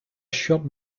shot